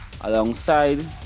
Alongside